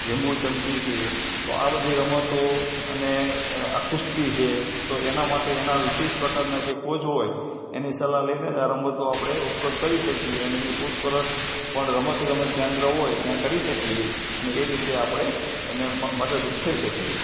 લીંબુ ચમચી છે તો આ બધી રમતો અને આ કુસ્તી છે તો એના માટે એના વિશિષ્ટ પ્રકારના જે કોચ હોય એની સલાહ લઈને જ આ રમતો આપણે ઉપયોગ કરી શકીએ અને એની પૂછપરછ પણ રમત ગમત કેન્દ્ર હોય ત્યાં કરી શકીએ અને એ રીતે આપણે એને મ મદદરૂપ થઈ શકીએ